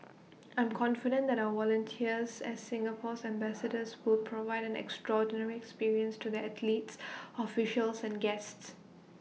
I'm confident that our volunteers as Singapore's ambassadors will provide an extraordinary experience to the athletes officials and guests